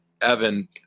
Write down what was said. Evan